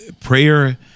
Prayer